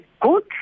good